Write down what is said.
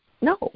no